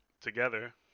together